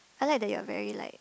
I like that you are very like